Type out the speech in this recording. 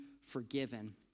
forgiven